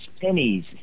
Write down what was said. pennies